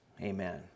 Amen